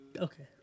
Okay